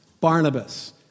Barnabas